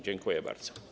Dziękuję bardzo.